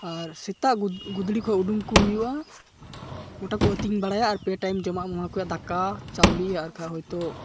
ᱟᱨ ᱥᱮᱛᱟᱜ ᱜᱩᱫᱽᱲᱤ ᱠᱷᱚᱡ ᱩᱰᱩᱠ ᱠᱚ ᱦᱩᱭᱩᱜᱼᱟ ᱜᱚᱴᱟᱠᱚ ᱟᱹᱛᱤᱧ ᱵᱟᱲᱟᱭᱟ ᱟᱨ ᱯᱮ ᱴᱟᱭᱤᱢ ᱡᱚᱢᱟᱜ ᱮᱢᱟᱠᱚ ᱫᱟᱠᱟ ᱪᱟᱣᱞᱮ ᱟᱨ ᱠᱷᱟᱡ ᱦᱚᱭᱛᱳ